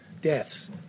deaths